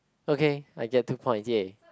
okay I get two points !yay!